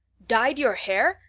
dyed your hair!